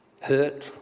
hurt